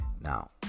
now